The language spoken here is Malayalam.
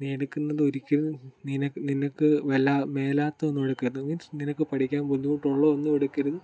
നീ എടുക്കുന്നത് ഒരിക്കലും നിനക്ക് നിനക്ക് വല്ല മേലാത്തത് ഒന്നും എടുക്കരുത് മീൻസ് നിനക്ക് പഠിക്കാൻ ബുദ്ധിമുട്ട് ഉള്ളതൊന്നും എടുക്കരുത്